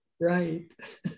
right